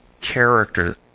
character